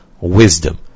wisdom